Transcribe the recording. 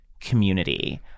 community